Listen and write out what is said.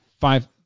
Five